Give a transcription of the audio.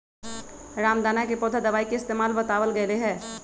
रामदाना के पौधा दवाई के इस्तेमाल बतावल गैले है